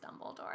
Dumbledore